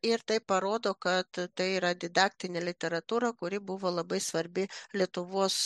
ir tai parodo kad tai yra didaktinė literatūra kuri buvo labai svarbi lietuvos